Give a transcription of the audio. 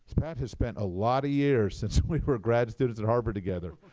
pat has spent a lot of years, since we were grad students in harvard together,